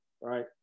right